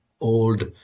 old